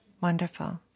Wonderful